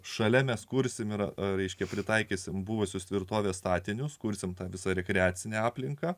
šalia mes kursime yra reiškia pritaikys buvusius tvirtovės statinius kursime tą visą rekreacinę aplinką